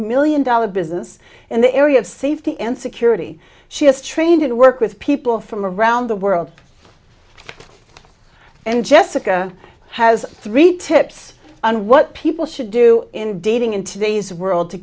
million dollars business in the area of safety and security she has trained and work with people from around the world and jessica has three tips on what people should do in dating in today's world to